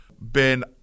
Ben